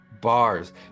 bars